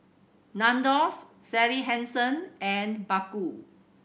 Nandos Sally Hansen and Baggu